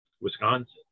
Wisconsin